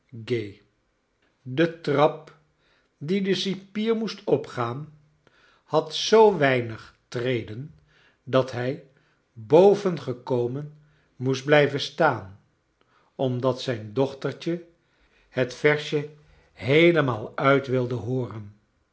gai de trap die de cipier moest opgaan had zoo weinig treden dat hij boven gekomen moest blijven staan omdat zijn dochtertje het versje heelemaal uit wilde hooren